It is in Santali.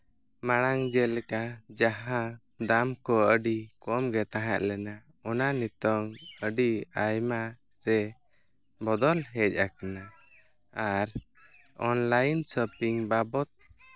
ᱢᱟᱲᱟᱝ ᱡᱮᱞᱮᱠᱟ ᱡᱟᱦᱟᱸ ᱫᱟᱢ ᱠᱚ ᱟᱹᱰᱤ ᱠᱚᱢ ᱜᱮ ᱛᱟᱦᱮᱸᱞᱮᱱᱟ ᱚᱱᱟ ᱱᱤᱛᱳᱝ ᱟᱹᱰᱤ ᱟᱭᱢᱟ ᱨᱮ ᱵᱚᱫᱚᱞ ᱦᱮᱡ ᱟᱠᱟᱱᱟ ᱟᱨ ᱚᱱᱞᱟᱭᱤᱱ ᱥᱚᱯᱤᱝ ᱵᱟᱵᱚᱫ